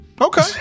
Okay